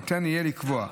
ניתן יהיה לקבוע.